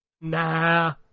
nah